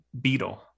beetle